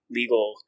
legal